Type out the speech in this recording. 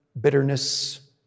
bitterness